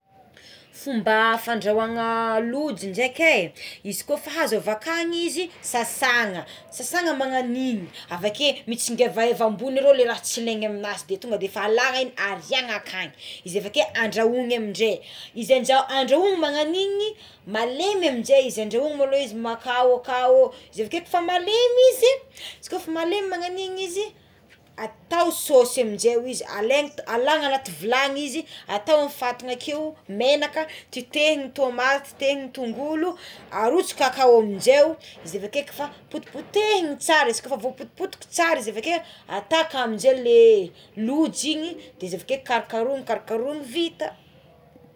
Fomba fandrahoana lojy dreky é izy kôfa azo avakany izy sasana sasanà magnagn'igny avakeo mintsingevaheva ambony ireo ratsy ilagna amignazy tonga de efa alagna igny de efa ariàgna akagny azy avake andrahona amindray izy aminjao andrahoina magnagno agnigny malemy amizay izy andrahoina aloha izy makao akao izy avekeo efa malemy izy e izy ko efa malemy magnagn'igny izy atao sosy amizay ozy izy alaigna alagna anaty vilagny izy atao amy fatina akeo menaka tetehina tômaty tetehina tongolo arotsaka akao aminjeo izy avekeo potipotehina tsara izy ko voapotipotika tsara izy avakeo ataonjeo le lojy igny de izy avekeo karokaroigny karokaroigny vita.